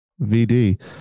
vd